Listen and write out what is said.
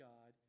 God